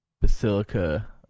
Basilica